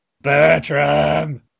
Bertram